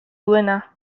duena